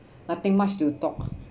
nothing much to talk